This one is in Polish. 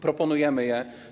Proponujemy je.